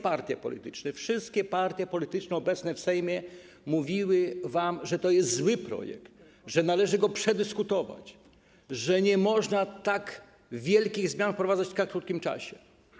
Przedstawiciele wszystkich partii politycznych obecnych w Sejmie mówili wam, że to jest zły projekt i że należy go przedyskutować, że nie można tak wielkich zmian wprowadzać w tak krótkim czasie.